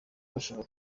bashaka